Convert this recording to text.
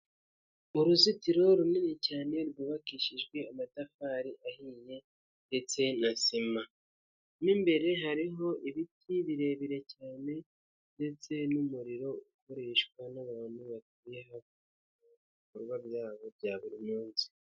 Uruzitiro runini cyane rwubakishijwe amatafari ahinye ndetse na sima, mo imbere hariho ibiti birebire cyane, ndetse n'umuriro ukoreshwa n'abantu batuye hafi aho mu bikorwa byabo bya buri munsi.